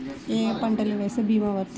ఏ ఏ పంటలు వేస్తే భీమా వర్తిస్తుంది?